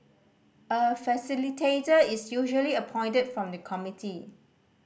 a facilitator is usually appointed from the committee